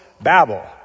Babel